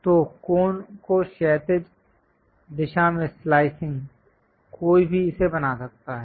तो कोन को क्षैतिज दिशा में स्लाईसिग कोई भी इसे बना सकता है